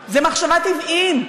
זו מחשבת עוועים,